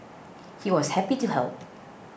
he was happy to help